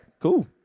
cool